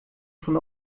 schon